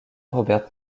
robert